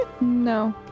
No